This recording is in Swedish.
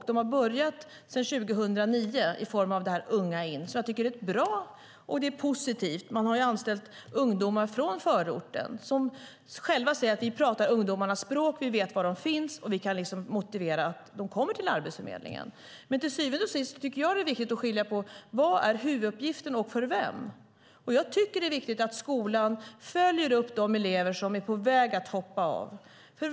De började 2009 i form av Unga in, som jag tycker är bra och positivt. Man har anställt ungdomar från förorten, som själva säger: Vi pratar ungdomarnas språk, vi vet var de finns och vi kan motivera dem att komma till Arbetsförmedlingen. Till syvende och sist tycker jag att det är viktigt att skilja på vad som är huvuduppgiften och för vem. Det är viktigt att skolan följer upp de elever som är på väg att hoppa av.